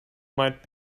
might